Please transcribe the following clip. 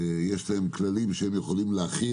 יש להם כללים שהם יכולים להחיל,